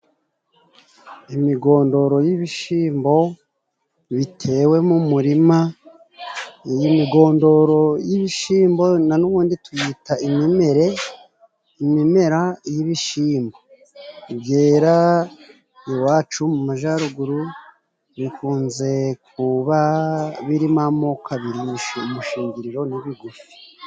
Imigondoro y'ibishimbo bitewe mu murima; iyi migondoro y'ibishimbo na nubundi tuyita imimerere imimera y'ibishimbo byera iwacu mu majaruguru bikunze kuba birimo amoko kabiri umushingiriro n'ibigufi.